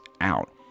out